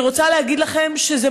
אני רוצה להגיד לכם שזה